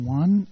one